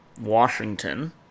Washington